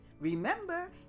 Remember